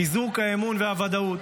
חיזוק האמון והוודאות,